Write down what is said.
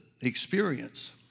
experience